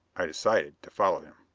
i decided to follow him.